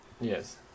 Yes